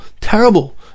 terrible